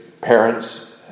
parents